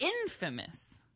infamous